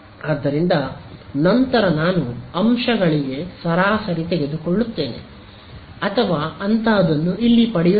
ಆದ್ದರಿಂದ ನಂತರ ನಾನು ಅಂಶಗಳಿಗೆ ಸರಾಸರಿ ತೆಗೆದುಕೊಳ್ಳುತ್ತೇನೆ ಅಥವಾ ಅಂತಹದನ್ನು ಇಲ್ಲಿ ನಾನು ಪಡೆಯುತ್ತೇನೆ